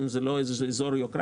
אם זה לא אזור יוקרה,